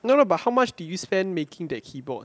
no no but how much did you spend making that keyboard